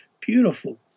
beautiful